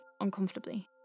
uncomfortably